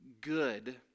good